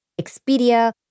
Expedia